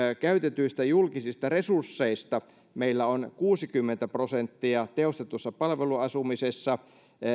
käytetyistä julkisista resursseista meillä on kuusikymmentä prosenttia tehostetussa palveluasumisessa